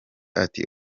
ati